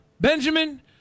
Benjamin